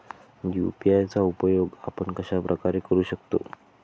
UPI चा उपयोग आपण कशाप्रकारे करु शकतो?